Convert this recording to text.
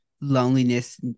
loneliness